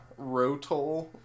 rotol